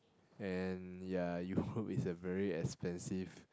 and ya Europe is a very expensive